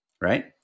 Right